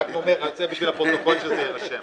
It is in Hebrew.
אני אומר את זה בשביל הפרוטוקול, שזה יירשם.